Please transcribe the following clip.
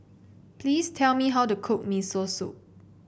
please tell me how to cook Miso Soup